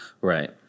right